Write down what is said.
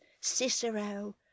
Cicero